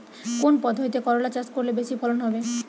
কোন পদ্ধতিতে করলা চাষ করলে বেশি ফলন হবে?